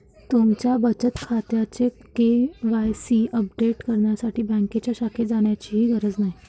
तुमच्या बचत खात्याचे के.वाय.सी अपडेट करण्यासाठी बँकेच्या शाखेत जाण्याचीही गरज नाही